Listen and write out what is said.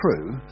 true